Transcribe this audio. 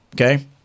okay